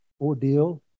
ordeal